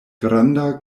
granda